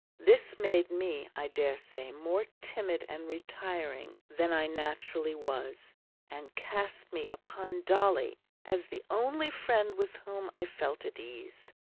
this made me, i dare say, more timid and retiring than i naturally was and cast me upon dolly as the only friend with whom i felt at ease.